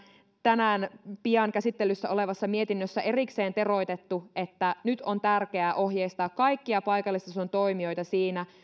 tänään pian käsittelyssä olevassa mietinnössä onkin erikseen teroitettu että nyt on tärkeää ohjeistaa kaikkia paikallistason toimijoita siinä